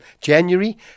January